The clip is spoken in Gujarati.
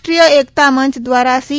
રાષ્ટ્રીય એકતા મંચ દ્વારા સી